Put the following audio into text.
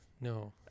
No